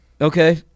Okay